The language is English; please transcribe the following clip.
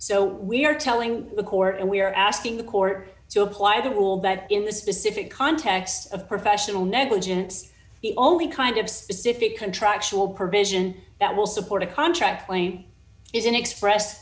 so we're telling the court and we're asking the court to apply the rule that in the specific context of professional negligence the only kind of specific contractual provision that will support a contract claim is an express